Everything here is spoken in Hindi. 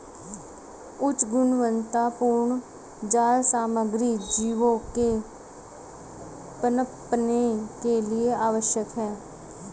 उच्च गुणवत्तापूर्ण जाल सामग्री जीवों के पनपने के लिए आवश्यक है